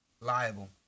Liable